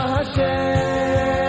Hashem